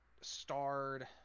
Starred